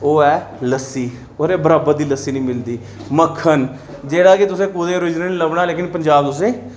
ओह् ऐ लस्सी ओह्दे बराबर दी लस्सी निं मिलदी मक्खन जेह्ड़ा कि तुसें कुतै ओरीजिनल निं लब्भना लेकिन पंजाब तुसें ई